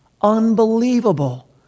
unbelievable